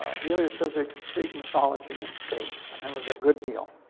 ah heliophysics, greek mythology, and space. and it was a good deal.